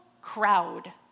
crowd